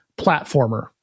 platformer